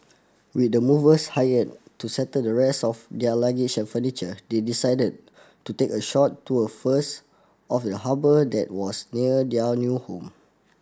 with the movers hired to settle the rest of their luggage and furniture they decided to take a short tour first of the harbour that was near their new home